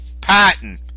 Patton